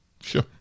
Sure